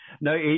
no